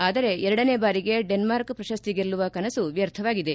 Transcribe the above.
ಆದರೆ ಎರಡನೇ ಬಾರಿಗೆ ಡೆನ್ಮಾರ್ಕ್ ಪ್ರಶಸ್ತಿ ಗೆಲ್ಲುವ ಕನಸು ವ್ಯರ್ಥವಾಗಿದೆ